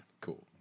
Cool